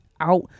out